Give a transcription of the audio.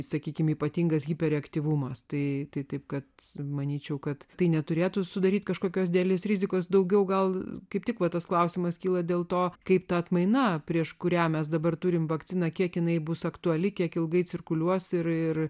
sakykime ypatingas hiperaktyvumas tai taip kad manyčiau kad tai neturėtų sudaryti kažkokios didelės rizikos daugiau gal kaip tik va tas klausimas kyla dėl to kaip tą atmainą prieš kurią mes dabar turime vakciną kiek jinai bus aktuali kiek ilgai cirkuliuos ir ir